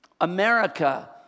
America